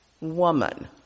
woman